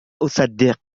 أصدق